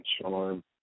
charm